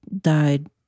died